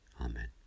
Amen